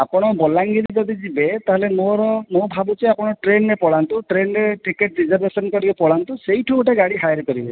ଆପଣ ବଲାଙ୍ଗୀର ଯଦି ଯିବେ ତାହେଲେ ମୋର ମୁଁ ଭାବୁଛି ଆପଣ ଟ୍ରେନ ରେ ପଳାନ୍ତୁ ଟ୍ରେନ ରେ ଟିକେଟ ରିଜର୍ଭେସନ କରିକି ପଳାନ୍ତୁ ସେଇଠୁ ଗୋଟେ ଗାଡ଼ି ହାୟର କରିବେ